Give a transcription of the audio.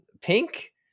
Pink